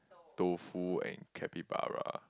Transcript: tofu and